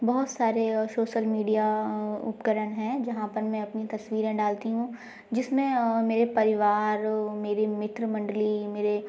बहुत सारे social media उपकरण हैं जहाँ पर मैं अपनी तस्वीरें डालती हूँ जिसमें मेरे परिवार मेरी मित्र मंडली मेरे